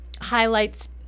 highlights